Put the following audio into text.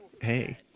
hey